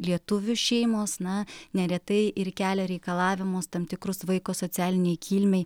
lietuvių šeimos na neretai ir kelia reikalavimus tam tikrus vaiko socialinei kilmei